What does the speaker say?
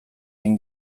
hain